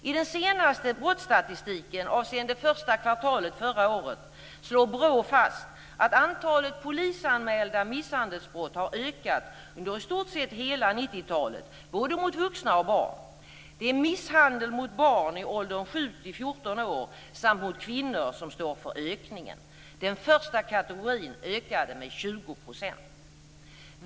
I den senaste brottsstatistiken avseende första kvartalet förra året slår BRÅ fast att antalet polisanmälda misshandelsbrott har ökat under i stort sett hela 90-talet både mot vuxna och mot barn. Det är misshandeln mot barn i åldrarna 7-14 år samt mot kvinnor som står för ökningen. Den första kategorin ökade med 20 %.